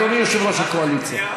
אדוני יושב-ראש הקואליציה.